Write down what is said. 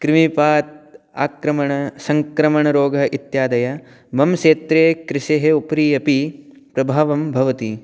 क्रीमिपातः आक्रमणं सङ्क्रमणरोगः इत्यादयः मम क्षेत्रे कृषेः उपरि अपि प्रभावं भवति